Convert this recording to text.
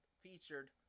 featured